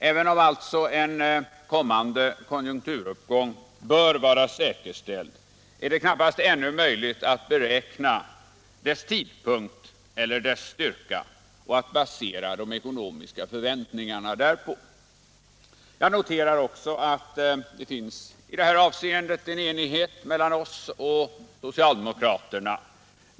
Även om en kommande konjunkturuppgång alltså bör vara säkerställd, är det knappast ännu möjligt att beräkna dess tidpunkt eller dess styrka och att basera de ekonomiska förväntningarna därpå. Jag noterar också att det i detta avseende finns en enighet mellan oss och socialdemokraterna.